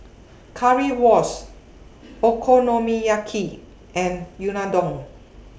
Currywurst Okonomiyaki and Unadon